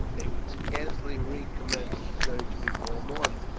they would scarcely recommence the search before morning.